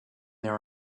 there